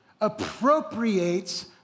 appropriates